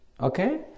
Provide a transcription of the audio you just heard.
Okay